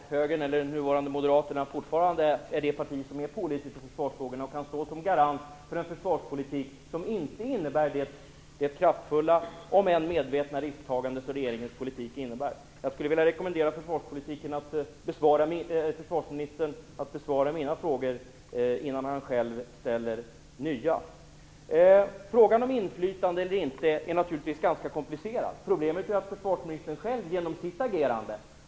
Herr talman! Det är uppenbarligen så att Högern eller nuvarande Moderaterna fortfarande är det parti som är pålitligt i försvarfrågorna och kan stå som garant för en försvarspolitik som inte innebär det kraftfulla om än medvetna risktagande som regeringens politik innebär. Jag skulle vilja rekommendera försvarsministern att besvara mina frågor innan han själv ställer nya. Frågan om inflytande eller inte är naturligtvis ganska komplicerad. Problemet är försvarsministern själv och hans agerande.